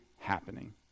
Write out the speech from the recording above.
happening